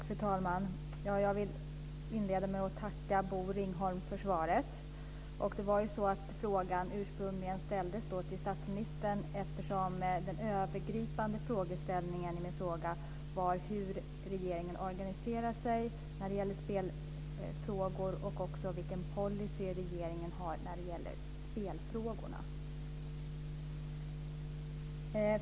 Fru talman! Jag vill börja med att tacka Bosse Ringholm för svaret. Frågan ställdes ursprungligen till statsministern, eftersom den övergripande frågeställningen i min interpellation var hur regeringen organiserar sig när det gäller spelfrågor och även vilken policy regeringen har i spelfrågorna.